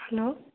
hello